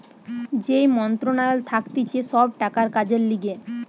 যেই মন্ত্রণালয় থাকতিছে সব টাকার কাজের লিগে